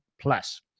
plus